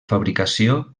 fabricació